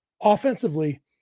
offensively